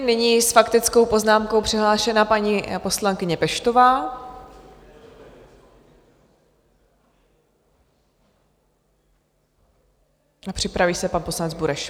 Nyní s faktickou poznámkou přihlášena paní poslankyně Peštová, připraví se pan poslanec Bureš.